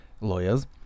lawyers